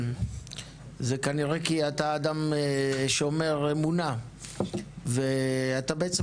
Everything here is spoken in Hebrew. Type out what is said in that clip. וזה כנראה כי אתה אדם שומר אמונה ואתה בעצם